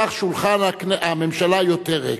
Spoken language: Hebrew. כך שולחן הממשלה יותר ריק.